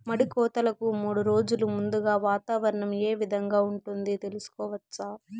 మడి కోతలకు మూడు రోజులు ముందుగా వాతావరణం ఏ విధంగా ఉంటుంది, తెలుసుకోవచ్చా?